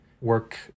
work